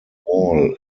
wall